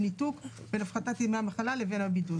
יבוא: "לתשלום בעד ימי עבודה שבהם נעדר מעבודתו בתקופת הבידוד".